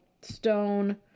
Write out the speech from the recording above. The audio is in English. stone